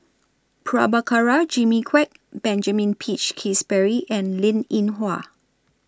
Prabhakara Jimmy Quek Benjamin Peach Keasberry and Linn in Hua